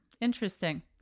Interesting